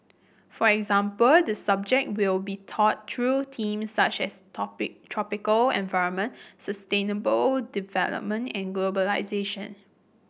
for example the subject will be taught through themes such as topic tropical environment sustainable development and globalisation